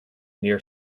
near